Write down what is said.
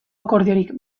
akordiorik